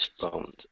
phones